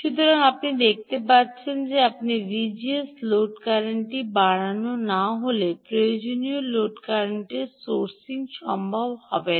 সুতরাং আপনি দেখতে পাচ্ছেন যে আপনি ভিজিএস লোড কারেন্টটি বাড়ানো না হলে প্রয়োজনীয় লোড কারেন্টের স্রোসিং সম্ভব হবে না